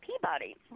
Peabody